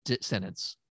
sentence